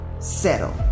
settle